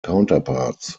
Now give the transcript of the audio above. counterparts